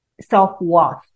self-worth